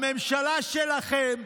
הממשלה שלכם,